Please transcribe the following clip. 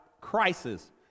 crisis